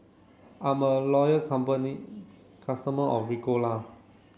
I'm a loyal company customer of Ricola